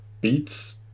beats